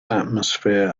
atmosphere